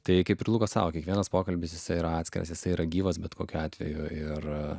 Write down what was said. tai kaip ir luka sako kiekvienas pokalbis jisai yra atskiras jisai yra gyvas bet kokiu atveju ir